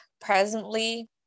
presently